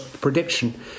prediction